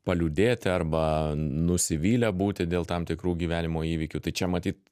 paliūdėti arba nusivylę būti dėl tam tikrų gyvenimo įvykių tai čia matyt